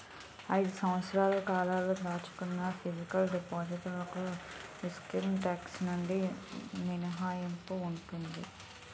ఐదు సంవత్సరాల కాలంతో దాచుకున్న ఫిక్స్ డిపాజిట్ లకు ఇన్కమ్ టాక్స్ నుంచి మినహాయింపు ఉంటుంది